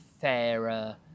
fairer